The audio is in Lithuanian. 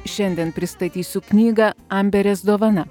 šiandien pristatysiu knygą amberės dovana